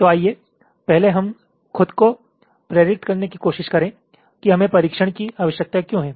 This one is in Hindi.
तो आइए पहले हम खुद को प्रेरित करने की कोशिश करें कि हमें परीक्षण की आवश्यकता क्यों है